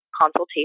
consultation